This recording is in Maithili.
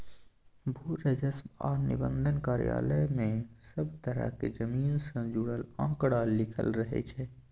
भू राजस्व आ निबंधन कार्यालय मे सब तरहक जमीन सँ जुड़ल आंकड़ा लिखल रहइ छै